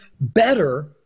better